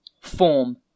Form